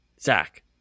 Zach